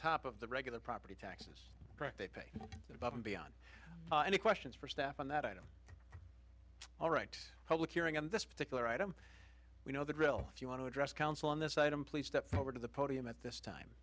top of the regular property taxes they pay above and beyond and questions for staff and that i'm all right public hearing on this particular item you know the drill if you want to address council on this item please step over to the podium at this time